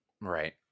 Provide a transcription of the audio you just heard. right